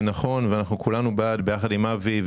נכון ואנחנו כולנו בעד - יחד עם אבי,